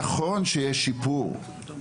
נכון שיש שיפור בנתונים,